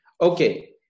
Okay